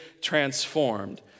transformed